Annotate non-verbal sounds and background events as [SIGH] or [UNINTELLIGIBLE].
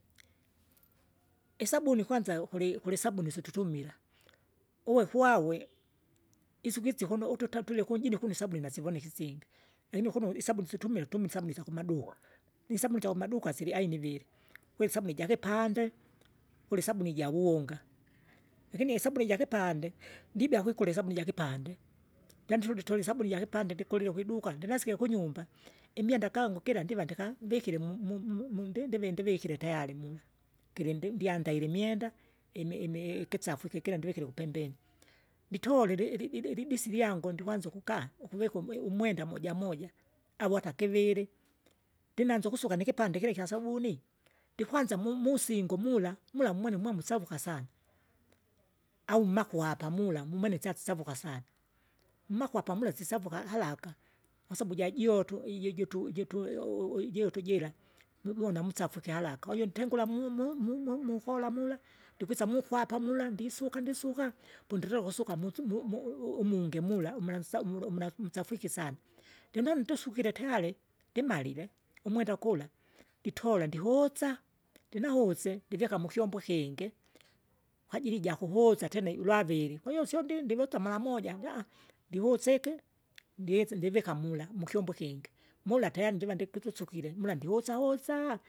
Isabuni kwanza kuli kulisabuni situtumila, uwe kwawe isukisi kuno ututa tulikunjini kuno isabuni nasivonike isingi. Lakini kuno isabuni situmila utumila isyakumaduka, nisabuni syakumaduka sili aina iviri, kuli sabuni jakipande, kulisabuni jawunga, lakini isabuni ijakipande ndibea kwikula isabuni jakipande, pyandituditola isabuni jakipande ndikolile kwiduka, ndinasike kunymba, imwenda gangu gila ndiva ndikambikile mu- mu- mu- ndivi- ndivikire tayari mula, kirindindyaile imwenda, imi- imi- ikisafu kikira ndivikire kupembeni. Nitole ili- ili- ilidisi lyangu ndikwanza ukukaa, ukuvika umwi- umwenda moja moja, au ata kiviri, ndinanza ukusuka nikipande kira ikyasabauni, ndikwanza mumusingo mula, mula mwene mwevusavuka sana, au mmakwapa mula mumwene syasisavuka sana, mmakwapa mula sisavuka haraka, kwasabu jajoto, ijoju jitu [UNINTELLIGIBLE] ijoto jira, mwivona musafu ikiharaka, uju ntengura mu- mu- mu- mu- mukola mula ndikwisa mukwapa mula ndisuka ndisuka, pundile ukusuka musu mumu umungi mula umalaansa umula umla msafwike. Lino ndisukire tayari, ndimalile, umwenda gula nditola ndikosa, ndinahuse, ndiveka mukyombo ikingi, kwajili ijakuhusa tenai ulwaviri kwihiyo sion ndindi ndiwesa maramoja nduvusike ndihese ndivika mula, mukyombo ikingi. mula tena ndiva ndikikusukie mula mbiusa usa.